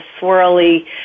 swirly